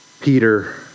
Peter